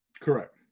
Correct